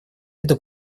это